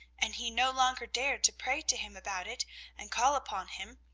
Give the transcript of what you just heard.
and he no longer dared to pray to him about it and call upon him,